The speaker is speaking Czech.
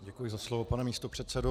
Děkuji za slovo, pane místopředsedo.